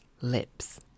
lips